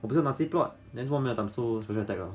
我不是 multi plot then 做么没有 times two 随便 attack liao